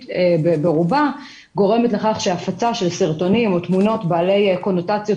ברובה גורמת לכך שהפצה של סרטונים או תמונות בעלי קונוטציות